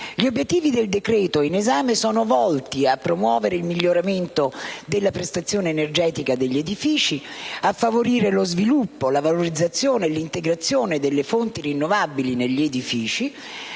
Gli obiettivi del decreto-legge in esame sono volti a promuovere il miglioramento della prestazione energetica degli edifici, a favorire lo sviluppo, la valorizzazione e l'integrazione delle fonti rinnovabili negli edifici,